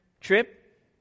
trip